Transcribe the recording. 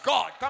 God